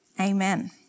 Amen